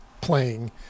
playing